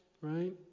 right